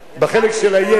בחלק של ה"יס".